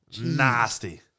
Nasty